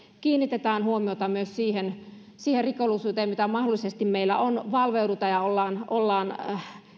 kiinnitetään huomiota myös siihen rikollisuuteen mitä mahdollisesti meillä on ja valveudutaan ja ollaan ollaan